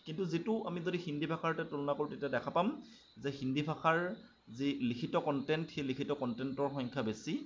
কিন্তু যিটো আমি যদি হিন্দী ভাষাৰ সৈতে তুলনা কৰোঁ তেতিয়া দেখা পাম যে হিন্দী ভাষাৰ যি লিখিত কণ্টেণ্ট সেই লিখিত কণ্টেণ্টৰ সংখ্যা বেছি